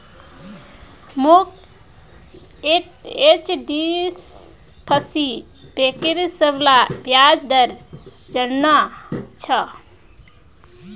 मोक एचडीएफसी बैंकेर सबला ब्याज दर जानना छ